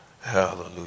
Hallelujah